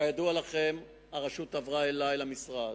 כידוע לכם, הרשות עברה אלי למשרד,